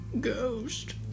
Ghost